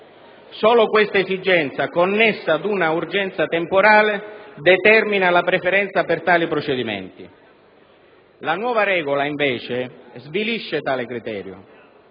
Solo questa esigenza, connessa ad un'urgenza temporale, determina la preferenza per tali procedimenti. La nuova regola, invece, svilisce tale criterio;